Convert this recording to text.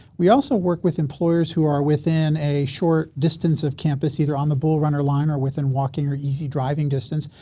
we also work with employers who are within a short distance of campus either on the bull runner line or within walking or easy driving distance.